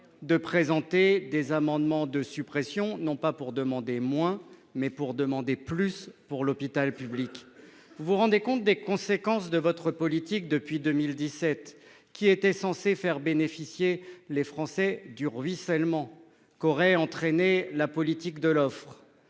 de présenter des amendements de suppression, non pas pour demander moins, mais pour demander plus en faveur de l'hôpital public. Vous vous rendez compte des conséquences de la politique que vous menez depuis 2017 et qui était censée faire bénéficier les Français du « ruissellement » qu'aurait entraîné la politique de l'offre :